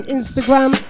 Instagram